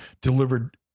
delivered